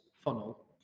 funnel